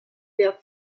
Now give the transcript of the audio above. der